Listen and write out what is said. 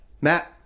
Matt